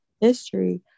history